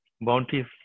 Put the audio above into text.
bounty